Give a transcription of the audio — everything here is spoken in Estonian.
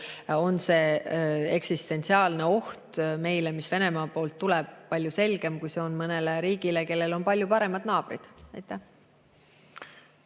on see eksistentsiaalne oht meile, mis Venemaa poolt tuleb, palju selgem, kui see on mõnele riigile, kellel on palju paremad naabrid. Aitäh!